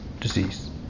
disease